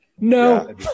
No